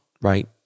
right